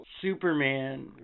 Superman